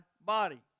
body